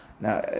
Now